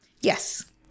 Yes